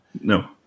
No